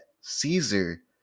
Caesar